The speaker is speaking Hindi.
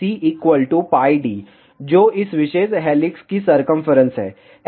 C D जो इस विशेष हेलिक्स की सरकमफेरेंस है